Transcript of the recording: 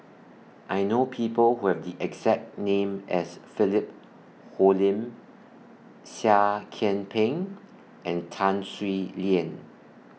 I know People Who Have The exact name as Philip Hoalim Seah Kian Peng and Tan Swie Lian